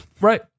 Right